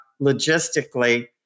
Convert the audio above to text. logistically